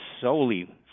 solely